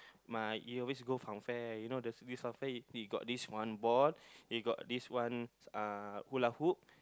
my we always go fun fair you know there's always this one fun fair always go this one ball always got this one uh hula hoop